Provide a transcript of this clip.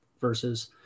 versus